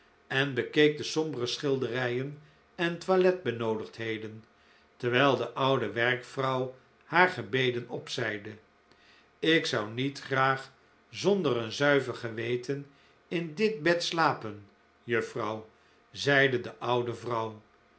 en bekeek de sombere schilderijen en toilet benoodigdheden terwijl de oude werkvrouw haar gebeden opzeide ik zou niet graag zonder een zuiver geweten in dit bed slapen juffrouw zeide de oude vrouw